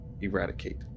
eradicate